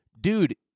dude